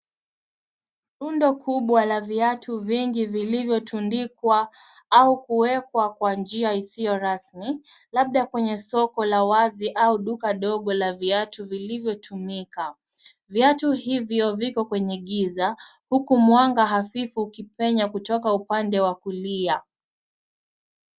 Rundo kubwa la viatu vingi vilivyotundikwa au kuwekwa kwa njia isiyo rasmi labda kwenye soko la wazi au duka ndogo la viatu vilivyotumika. Viatu hivyo viko kwenye giza huku mwanga hafifu ukipenya kutoka upande wa kulia.